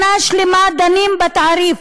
שנה שלמה דנים בתעריף,